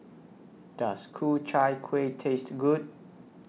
Does Ku Chai Kuih Taste Good